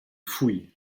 fouille